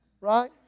right